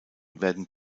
werden